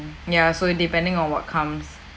ya so it depending on what comes